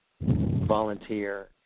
volunteer